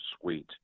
suite